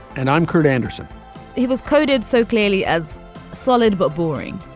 and i'm kurt andersen he was coded so clearly as solid but boring.